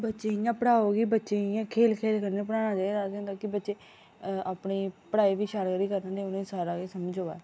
बच्चे गी इयां पढ़ाओ गी बच्चे गी इयां खेल खेल कन्नै गै पढ़ना चाहिदा एह्दे कन्नै केह् होंदा कि बच्चे अपनी पढ़ाई बी करन ते उनेंगी सारा किश समझ अबे